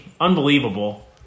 Unbelievable